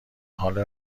حال